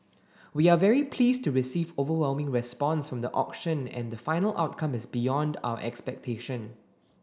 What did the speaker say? we are very pleased to receive overwhelming response from the auction and the final outcome is beyond our expectation